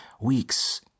Weeks